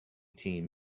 team